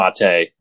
Mate